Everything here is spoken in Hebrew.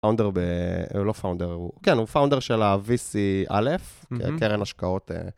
Founder ב... לא founder, כן, הוא פאונדר של ה-VC aleph, קרן השקעות.